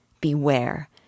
Beware